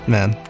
Man